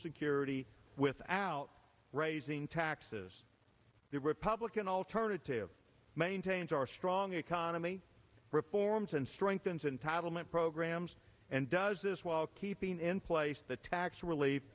security without raising taxes the republican alternative maintains our strong economy reforms and strengthens entitlement programs and does this while keeping in place the tax relief